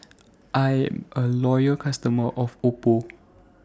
I'm A Loyal customer of Oppo